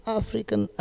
african